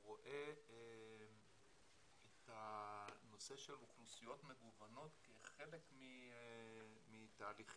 רואה את הנושא של אוכלוסיות מגוונות כחלק מתהליכים